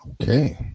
Okay